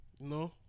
No